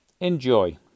enjoy